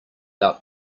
out